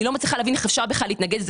אני לא מצליחה איך אפשר בכלל להתנגד לזה.